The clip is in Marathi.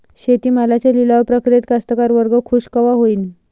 शेती मालाच्या लिलाव प्रक्रियेत कास्तकार वर्ग खूष कवा होईन?